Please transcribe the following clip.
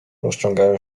rozciągają